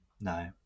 No